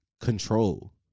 control